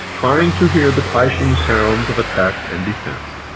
trying to hear the clashing sounds of attack and defense.